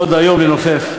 עוד היום לנופף.